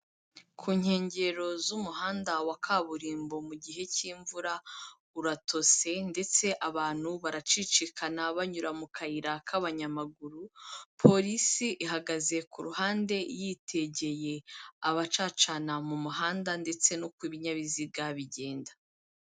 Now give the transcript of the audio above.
Ku nkengero z'umuhanda wa kaburimbo mu gihe cy'imvura, uratose ndetse abantu baracicikana banyura mu kayira k'abanyamaguru, polisi ihagaze ku ruhande yitegeye abacacana mu muhanda ndetse n'uko ibinyabiziga bigenda.